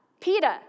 Peter